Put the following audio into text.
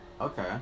Okay